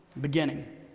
beginning